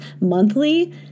monthly